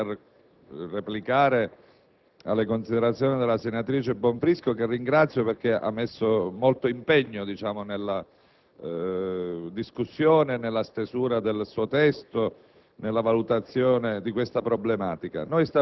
sta suscitando una grande attenzione nell'opinione pubblica, abbiamo svolto una discussione approfondita in Commissione e abbiamo approvato il testo